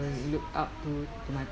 will look up to to my